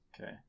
Okay